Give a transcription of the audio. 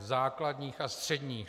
Základních a středních.